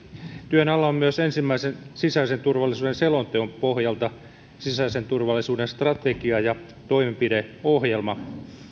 työn alla on myös ensimmäisen sisäisen turvallisuuden selonteon pohjalta sisäisen turvallisuuden strategia ja toimenpideohjelma